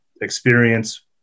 experience